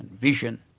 vision,